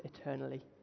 eternally